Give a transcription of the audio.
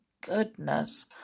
goodness